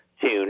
tune